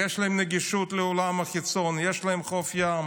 יש להם נגישות לעולם החיצון, יש להם חוף ים,